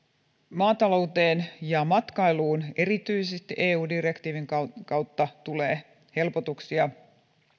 maatalouteen ja matkailuun erityisesti eu direktiivin kautta tulee helpotuksia